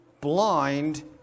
blind